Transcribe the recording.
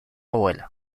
abuela